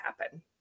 happen